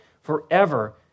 forever